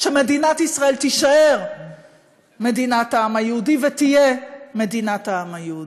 שמדינת ישראל תישאר מדינת העם היהודי ותהיה מדינת העם היהודי.